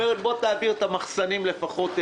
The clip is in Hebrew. אומרת: בוא תעביר לפחות את המחסנים אלינו.